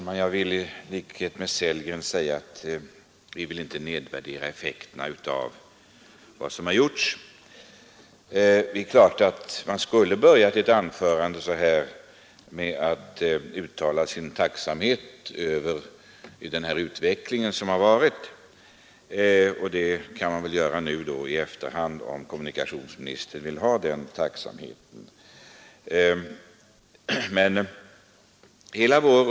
Herr talman! I likhet med herr Sellgren vill jag säga att vi vill inte nedvärdera effekten av vad som har gjorts på detta område. Jag kunde naturligtvis börja detta anförande med att uttala tacksamhet över den utveckling vi haft, och det kan jag väl göra nu i efterhand, om kommunikationsministern vill ha den tacksamheten uttryckt i ord.